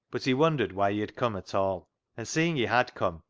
but he wondered why he had come at all and seeing he had come,